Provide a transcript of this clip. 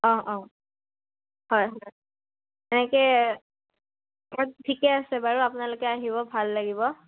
অঁ অঁ হয় হয় এনেকে অঁ ঠিকে আছে বাৰু আপোনালোকে আহিব ভাল লাগিব